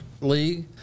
League